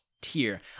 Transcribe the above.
tier